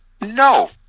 No